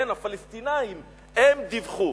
הפלסטינים, הם דיווחו.